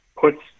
puts